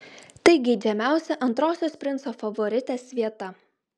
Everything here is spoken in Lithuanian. tai geidžiamiausia antrosios princo favoritės vieta